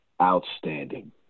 Outstanding